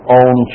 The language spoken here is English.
own